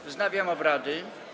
Wznawiam obrady.